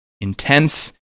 intense